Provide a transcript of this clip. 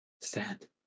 stand